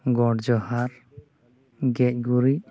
ᱜᱚᱰ ᱡᱚᱦᱟᱨ ᱜᱮᱡ ᱜᱩᱨᱤᱡ